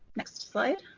next slide.